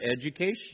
education